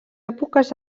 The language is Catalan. èpoques